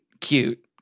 cute